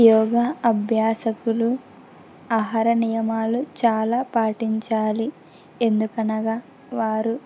యోగ అభ్యాసకులు ఆహార నియమాలు చాలా పాటించాలి ఎందుకనగా వారు